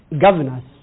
governors